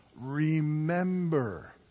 Remember